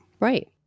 Right